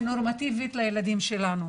ונורמטיבית לילדים שלנו.